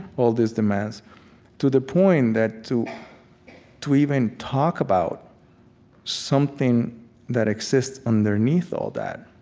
all these demands to the point that to to even talk about something that exists underneath all that,